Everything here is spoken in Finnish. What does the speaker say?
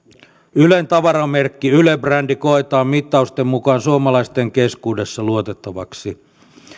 ylen tavaramerkki yle brändi koetaan mittausten mukaan suomalaisten keskuudessa luotettavaksi